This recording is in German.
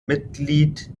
mitglied